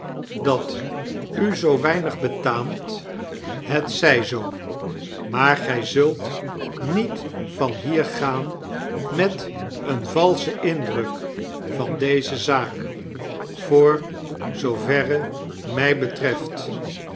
dat u zoo weinig betaamt het zij zoo maar gij zult niet van hier gaan met een valschen indruk van deze zaak voor zooverre mij betreft